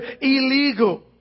illegal